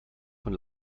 von